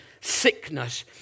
sickness